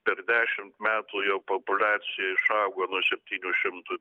per dešimt metų jo populiacija išaugo nuo septynių šimtų